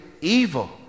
evil